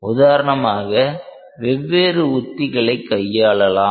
உதாரணமாக வெவ்வேறு உத்திகளைக் கையாளலாம்